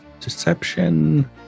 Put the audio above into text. Deception